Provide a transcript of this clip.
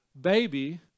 baby